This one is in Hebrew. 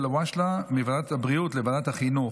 מוועדת הבריאות לוועדת החינוך,